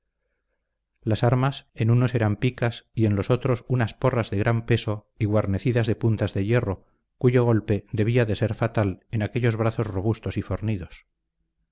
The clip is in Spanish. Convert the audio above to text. las armas en unos eran picas y en los otros unas porras de gran peso y guarnecidas de puntas de hierro cuyo golpe debía de ser fatal en aquellos brazos robustos y fornidos